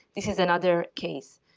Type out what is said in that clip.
this is another case.